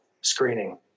screening